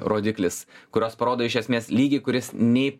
rodiklis kurios parodo iš esmės lygį kuris nei